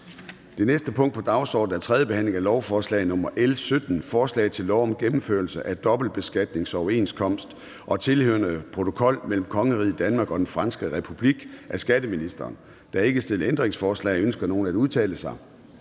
Det næste punkt på dagsordenen er: 13) 3. behandling af lovforslag nr. L 17: Forslag til lov om gennemførelse af dobbeltbeskatningsoverenskomst og tilhørende protokol mellem Kongeriget Danmark og Den Franske Republik. Af skatteministeren (Jeppe Bruus). (Fremsættelse